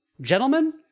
gentlemen